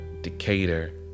Decatur